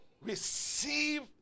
Receive